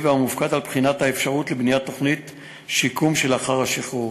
המופקד על בחינת האפשרות לבניית תוכנית שיקום לאחר השחרור.